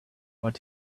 but